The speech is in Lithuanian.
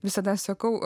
visada sakau